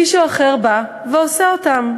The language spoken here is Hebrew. מישהו אחר בא ועושה אותם.